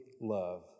love